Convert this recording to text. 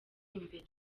imbere